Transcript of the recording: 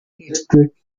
districts